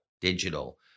digital